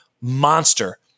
monster